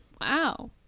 wow